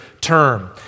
term